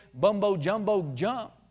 bumbo-jumbo-jump